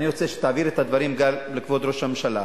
ואני רוצה שתעביר את הדברים גם לכבוד ראש הממשלה,